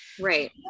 Right